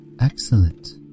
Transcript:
excellent